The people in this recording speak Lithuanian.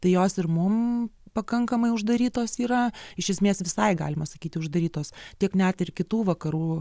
tai jos ir mum pakankamai uždarytos yra iš esmės visai galima sakyti uždarytos tiek net ir kitų vakarų